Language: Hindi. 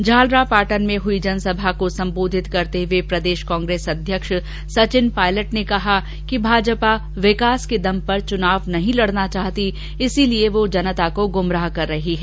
झालरापाटन में हुई जनसभा को सम्बोधित करते हुए प्रदेश कांग्रेस अध्यक्ष सचिन पायलट ने कहा कि भाजपा विकास के दम पर चुनाव नहीं लड़ना चाहती इसलिए वह जनता को गुमराह कर रही है